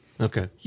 Okay